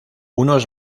unos